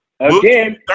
Again